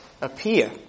appear